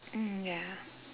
mm ya